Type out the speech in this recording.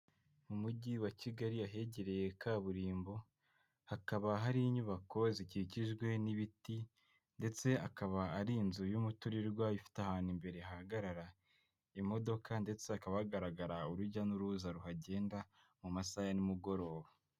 Mu mujyi wa Kigali ahegereye kaburimbo, hakaba hari inyubako zikikijwe n'ibiti ndetse akaba ari inzu y'umuturirwa ifite ahantu imbere hagarara imodoka ndetse hakaba, hagaragara urujya n'uruza ruhagenda, mu masaha ya nimugoroba.